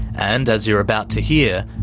and, as you're about to hear,